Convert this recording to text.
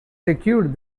secured